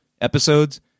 episodes